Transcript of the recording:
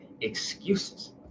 excuses